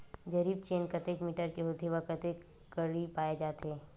जरीब चेन कतेक मीटर के होथे व कतेक कडी पाए जाथे?